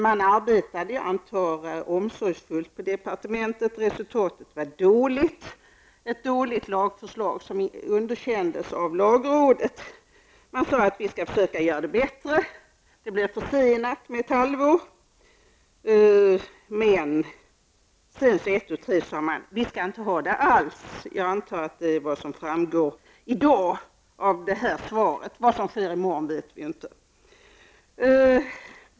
Jag antar att man arbetade omsorgsfullt på departementet, men resultatet blev ett dåligt lagförslag som underkändes av lagrådet. Man sade att man skulle försöka göra det bättre. Förslaget blev försenat med ett halvår. Men sedan sade man ett tu tre: Vi skall inte alls ha en sådan lag. Jag antar att det är detta som framgår av det svar som givits i dag. Vad som sker i morgon vet vi inte.